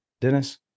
Dennis